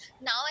now